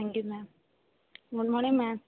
thank you ma'am good morning ma'am